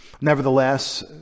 Nevertheless